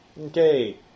Okay